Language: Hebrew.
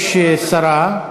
יש שרה,